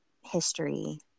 history